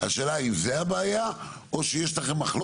שהמדינה משקיעה בנגב אבל התכנון צריך להיות רק על